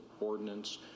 ordinance